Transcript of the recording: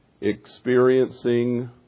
experiencing